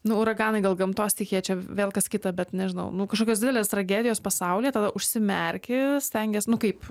nu uraganai gal gamtos stichija čia vėl kas kita bet nežinau nu kažkokios didelės tragedijos pasaulyje tada užsimerki stengies nu kaip